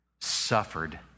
suffered